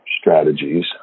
strategies